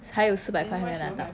还有四百块还没拿到